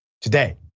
today